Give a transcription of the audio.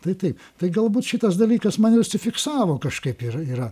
tai taip tai galbūt šitas dalykas man ir užsifiksavo kažkaip ir yra